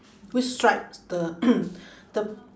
which stripe the the